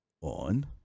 On